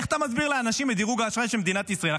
איך אתה מסביר לאנשים את דירוג האשראי של מדינת ישראל?